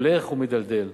הולך ומידלדל,